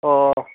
ꯑꯣ